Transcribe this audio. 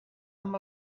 amb